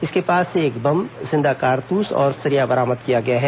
इसके पास से एक बम जिंदा कारंतूस और सरिया बरामद किया गया है